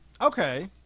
Okay